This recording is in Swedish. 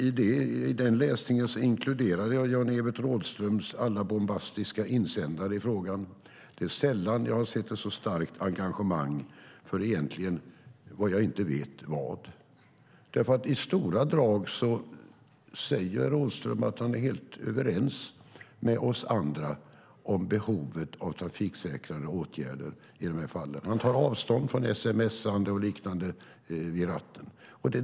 I den läsningen inkluderar jag Jan-Evert Rådhströms alla bombastiska insändare i frågan. Det är sällan jag har sett ett så starkt engagemang för - jag vet inte vad. I stora drag säger Rådhström att han är helt överens med oss andra om behovet av åtgärder för större trafiksäkerhet i de här fallen. Han tar avstånd från sms:ande och liknande vid ratten.